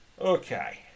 Okay